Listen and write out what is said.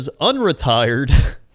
unretired